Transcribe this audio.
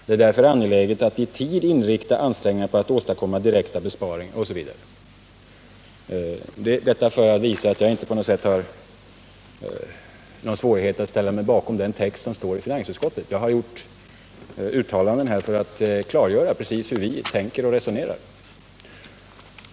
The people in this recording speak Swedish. Det är därför angeläget att i tid inrikta ansträngningarna på att åstadkomma direkta besparingar ——=.” Jag har citerat detta för att visa att jag inte på något sätt har svårigheter att ställa mig bakom den texten i finansutskottets betänkande. Och jag har gjort uttalanden här för att klargöra precis hur vi tänker och resonerar.